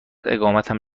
اقامتم